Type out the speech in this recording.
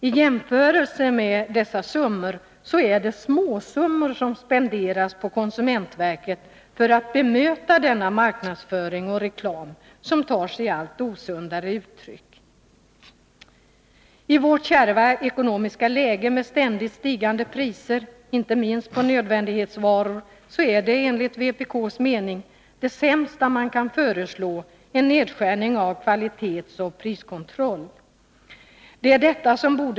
I jämförelse med dem är det småsummor som spenderas på konsumentverket för att bemöta denna marknadsföring och reklam, som tar sig allt osundare uttryck. I vårt kärva ekonomiska läge med ständigt stigande priser, inte minst på nödvändighetsvaror, är enligt vpk:s mening det sämsta man kan föreslå en nedskärning av kvalitetsoch priskontrollen.